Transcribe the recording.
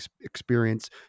experience